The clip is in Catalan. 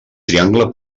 triangle